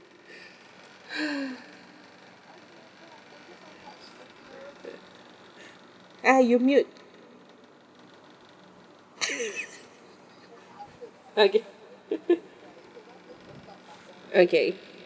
ah you mute okay okay